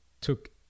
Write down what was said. took